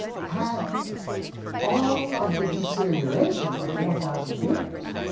had all of the deterioration of four thousand years.